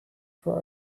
for